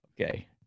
Okay